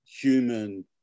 human